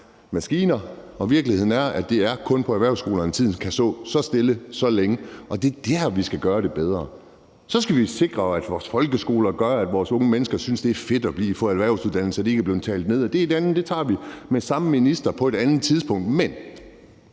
de samme maskiner, og virkeligheden er, at det kun er på erhvervsskolerne, tiden kan stå så stille så længe. Det er der, vi skal gøre det bedre. Så skal vi sikre, at vores folkeskoler gør, at vores unge mennesker synes, det er fedt at få en erhvervsuddannelse, og at det ikke er blevet talt ned. Det er noget andet, og det tager vi med samme minister på et andet tidspunkt, men